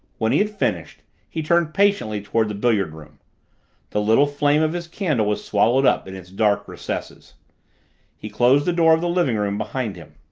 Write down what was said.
when he had finished he turned patiently toward the billiard room the little flame of his candle was swallowed up in its dark recesses he closed the door of the living-room behind him.